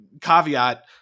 caveat